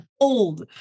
Old